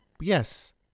yes